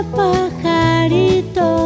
pajarito